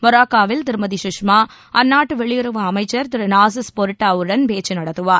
மொராக்கோவில் திருமதி சுஷ்மா அந்நாட்டு வெளியுறவு அனமச்சர் திரு நாசர் பொரிட்டாவுடன் பேச்சு நடத்துவார்